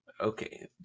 Okay